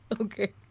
okay